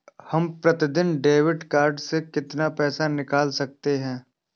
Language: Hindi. हम प्रतिदिन डेबिट कार्ड से कितना पैसा निकाल सकते हैं?